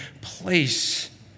place